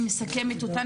אני מסכמת אותה.